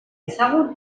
ezagun